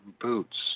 boots